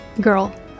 Girl